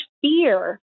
fear